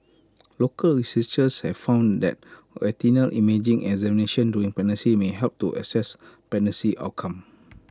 local researchers have found that retinal imaging examinations during pregnancy may help to assess pregnancy outcome